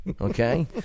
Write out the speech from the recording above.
okay